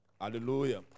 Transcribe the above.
Hallelujah